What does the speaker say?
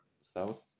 south